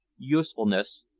usefulness,